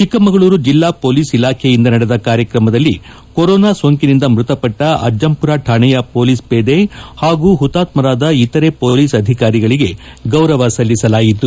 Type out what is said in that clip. ಚಿಕ್ಕಮಗಳೂರು ಜಿಲ್ಲಾ ಪೊಲೀಸ್ ಇಲಾಖೆಯಿಂದ ನಡೆದ ಕಾರ್ಯಕ್ರಮದಲ್ಲಿ ಕೊರೋನಾ ಸೋಂಕಿನಿಂದ ಮೃತಪಟ್ಟ ಅಜ್ಜಂಪುರ ಶಾಣೆಯ ಪೊಲೀಸ್ ಹೇದೆ ಹಾಗೂ ಹುತಾತ್ವರಾದ ಇತರೆ ಪೊಲೀಸ್ ಅಧಿಕಾರಿಗಳಿಗೆ ಗೌರವ ಸಲ್ಲಿಸಲಾಯಿತು